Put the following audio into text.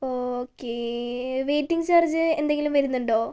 okay waiting charge എന്തെങ്കിലും വരുന്നുണ്ടോ